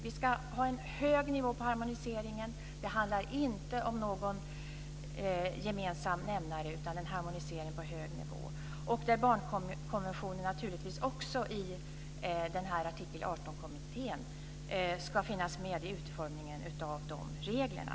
Vi ska ha en hög nivå på harmoniseringen. Det handlar inte om någon gemensam nämnare utan om en harmonisering på hög nivå. Naturligtvis ska barnkonventionen också finnas med i Artikel 18-kommitténs utformning av de reglerna.